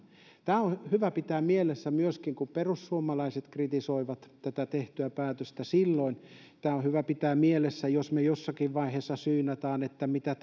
tämä on hyvä pitää mielessä myöskin kun perussuomalaiset kritisoivat tätä tehtyä päätöstä silloin tämä on hyvä pitää mielessä jos me jossakin vaiheessa syynäämme mitä